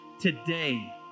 today